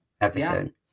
episode